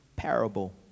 Parable